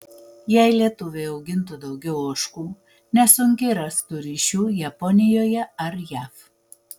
jei lietuviai augintų daugiau ožkų nesunkiai rastų ryšių japonijoje ar jav